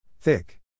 Thick